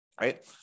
right